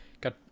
got